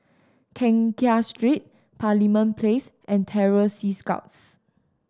Keng Kiat Street Parliament Place and Terror Sea Scouts